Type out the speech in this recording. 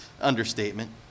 understatement